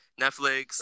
Netflix